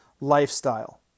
lifestyle